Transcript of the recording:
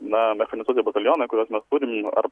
na mechanizuoti batalionai kuriuos mes turim ar